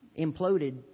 imploded